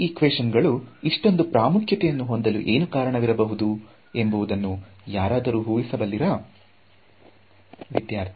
ಈ ಈಕ್ವೇಶನ್ ಗಳು ಇಷ್ಟೊಂದು ಪ್ರಾಮುಖ್ಯತೆಯನ್ನು ಹೊಂದಲು ಏನು ಕಾರಣವಿರಬಹುದು ಎಂಬಹುದನ್ನು ಯಾರಾದರೂ ಊಹಿಸಬಲ್ಲಿರಾ